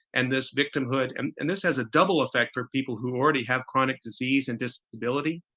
and this victimhood and and this has a double effect for people who already have chronic disease and disability.